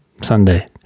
Sunday